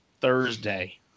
Thursday